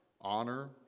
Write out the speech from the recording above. Honor